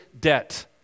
debt